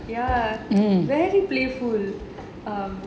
ya very playful err